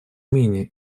менее